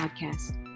podcast